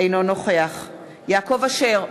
אינו נוכח יעקב אשר,